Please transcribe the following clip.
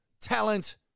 talent